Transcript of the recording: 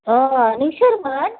अ नों सोरमोन